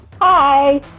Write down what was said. Hi